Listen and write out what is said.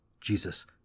Jesus